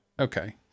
Okay